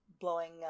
blowing